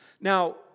Now